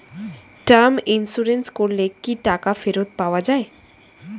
Term insurance করলে কি টাকা ফেরত পাওয়া যায়?